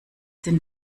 denn